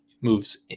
moves